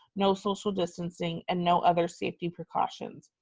no social distancing, and no other safety precautions?